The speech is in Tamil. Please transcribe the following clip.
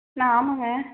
நான் ஆமாம்ங்க